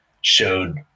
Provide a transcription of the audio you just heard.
showed